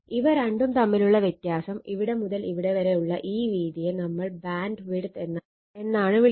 ഇവ രണ്ടും തമ്മിലുള്ള വ്യത്യാസം ഇവിടെ മുതൽ ഇവിടെ വരെ ഉള്ള ഈ വീതിയെ നമ്മൾ ബാൻഡ്വിഡ്ത്ത് എന്നാണ് വിളിക്കുന്നത്